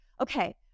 okay